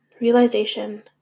Realization